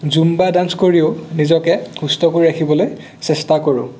Zumba dance কৰিও নিজকে সুস্থ কৰি ৰাখিবলৈ চেষ্টা কৰোঁ